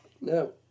No